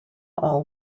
all